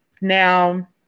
Now